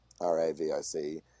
R-A-V-I-C